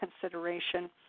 consideration